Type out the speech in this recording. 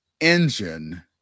engine